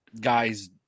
guys